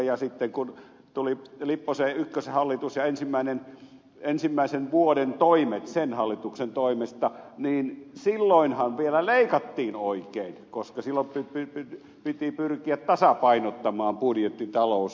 ja sitten kun tuli lipposen ykköshallitus ja ensimmäisen vuoden toimet sen hallituksen toimesta niin silloinhan vielä leikattiin oikein koska silloin piti pyrkiä tasapainottamaan budjettitalous